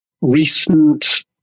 recent